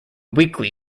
weekly